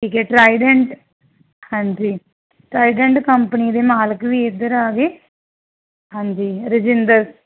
ਠੀਕ ਹੈ ਟਰਾਈਡੈਂਟ ਹਾਂਜੀ ਟਰਾਈਡੈਂਟ ਕੰਪਨੀ ਦੇ ਮਾਲਕ ਵੀ ਇੱਧਰ ਆ ਗਏ ਹਾਂਜੀ ਰਜਿੰਦਰ